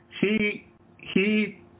He—he